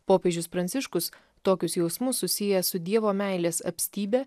popiežius pranciškus tokius jausmus susiję su dievo meilės apstybe